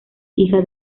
hija